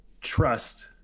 trust